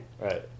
Right